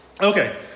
Okay